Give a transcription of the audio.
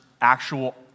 actual